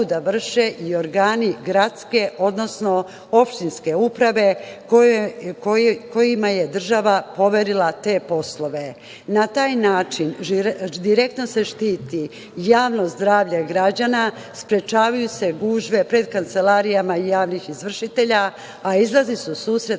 da vrše i organi gradske, odnosno opštinske uprave kojima je država poverila te poslove. Na taj način, direktno se štiti javno zdravlje građana, sprečavaju se gužve pred kancelarijama javnih izvršitelja, a izlazi se u susret,